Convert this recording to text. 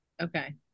okay